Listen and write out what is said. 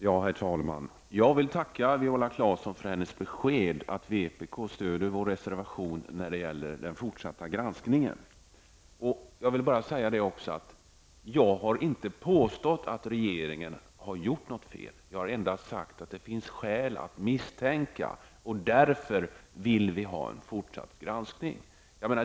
Herr talman! Jag tackar Viola Claesson för hennes besked om att vänsterpartiet stöder vår reservation när det gäller den fortsatta granskningen. Jag har inte påstått att regeringen har gjort något fel. Jag har endast sagt att det finns skäl att misstänka. Därför vill vi ha en fortsatt granskning.